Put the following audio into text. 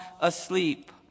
asleep